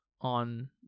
On